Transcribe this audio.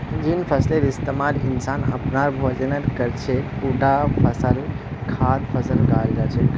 जिन फसलेर इस्तमाल इंसान अपनार भोजनेर कर छेक उटा फसलक खाद्य फसल कहाल जा छेक